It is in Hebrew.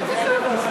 לא נכון.